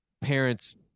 parents